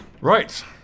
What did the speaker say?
Right